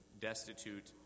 destitute